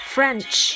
French